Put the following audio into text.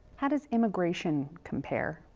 how does immigration compare?